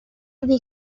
the